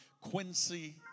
Quincy